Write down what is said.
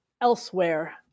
elsewhere